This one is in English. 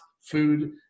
food